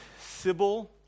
Sybil